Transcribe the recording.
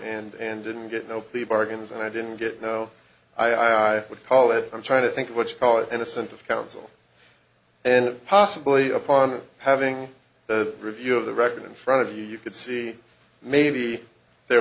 and didn't get no plea bargains and i didn't get no i i would call it i'm trying to think what you call innocent of counsel and possibly upon having the review of the record in front of you you could see maybe there